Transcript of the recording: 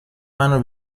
منو